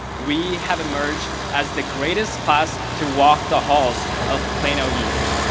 we have emerged as the greatest class to walk the halls of plano east.